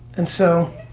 and so